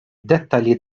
dettalji